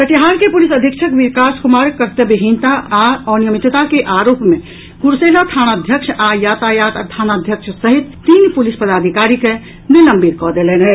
कटिहार के पुलिस अधीक्षक विकास कुमार कर्तव्यहीनता आ अनियमितता के आरोप मे कुर्सेला थानाध्यक्ष आ यातायात थानाध्यक्ष सहित तीन पुलिस पदाधिकारी के निलंबित कऽ देलनि अछि